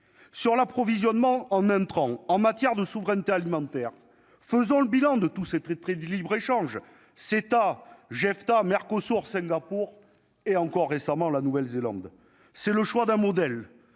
sur l'approvisionnement en même temps en matière de souveraineté alimentaire faisant le bilan de tout, c'est très très de libre échange CETA JEFTA Merco sourd, Singapour et encore récemment, la Nouvelle-Zélande, c'est le choix d'un modèle